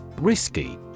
Risky